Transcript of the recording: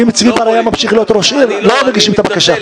אם צבי בר היה ממשיך להיות ראש עיר לא היו מגישים את הבקשה.